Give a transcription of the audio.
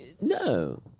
No